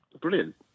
Brilliant